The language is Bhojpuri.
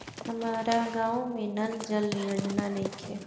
हमारा गाँव मे नल जल योजना नइखे?